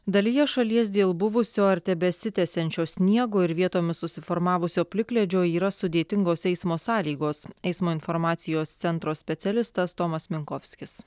dalyje šalies dėl buvusio ar tebesitęsiančio sniego ir vietomis susiformavusio plikledžio yra sudėtingos eismo sąlygos eismo informacijos centro specialistas tomas minkovskis